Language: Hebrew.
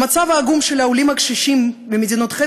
המצב העגום של העולים הקשישים מחבר המדינות,